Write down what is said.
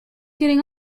getting